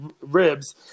ribs